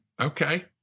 okay